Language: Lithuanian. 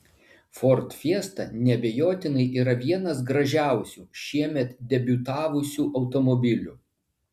ford fiesta neabejotinai yra vienas gražiausių šiemet debiutavusių automobilių